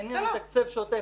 אלא אם הוא יתקצב בשוטף.